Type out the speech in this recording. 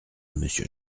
monsieur